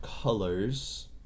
colors